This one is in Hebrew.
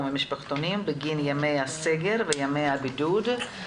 ובמשפחתונים בגין ימי הסגר וימי הבידוד".